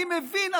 אני מבין,